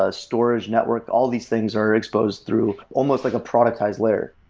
ah storage network. all these things are exposed through almost like a productized layer.